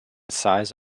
size